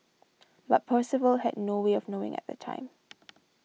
but Percival had no way of knowing at the time